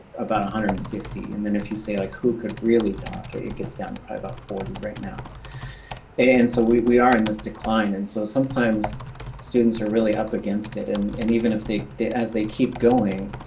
about one hundred and fifty and then if you say like who could really talk, it gets down to probably about forty right now and so we we are in this decline and so sometimes students are really up against it and and even if they, as they keep going,